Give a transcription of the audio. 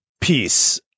peace